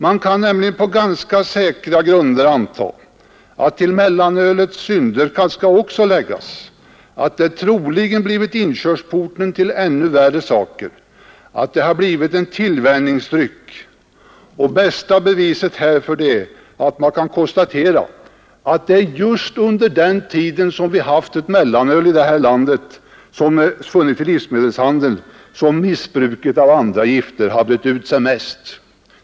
Man kan nämligen på ganska säkra grunder anta att till mellanölets synder skall läggas att det troligen blivit inkörsporten till ännu värre saker, att det har blivit en tillvänjningsdryck. Bästa beviset härför är att man kan konstatera att det är just under den tid som mellanölet har funnits i livsmedelshandeln som missbruket av andra gifter, inklusive sniffning, har brett ut sig mest.